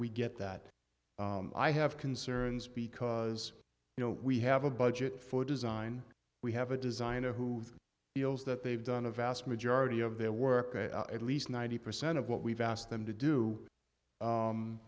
we get that i have concerns because you know we have a budget for design we have a designer who feels that they've done a vast majority of their work at least ninety percent of what we've asked them to do